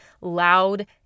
loud